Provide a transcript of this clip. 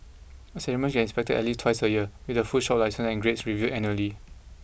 establishments get inspected at least twice a year with their food shop licences and grades reviewed annually